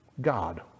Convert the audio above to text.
God